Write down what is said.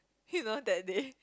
you know that day